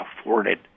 afforded